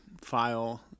file